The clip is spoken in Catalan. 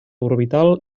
orbital